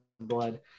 blood